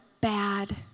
bad